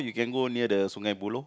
you can go near the Sungei-Buloh